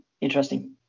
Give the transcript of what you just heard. Interesting